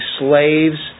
slaves